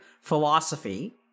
philosophy